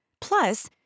Plus